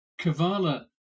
Kavala